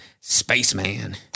Spaceman